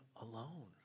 alone